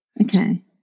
Okay